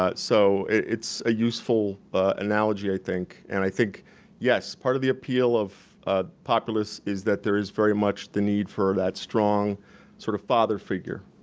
ah so it's a useful analogy i think. and i think yes, part of the appeal of ah populists is that there is very much the need for that strong sort of father figure.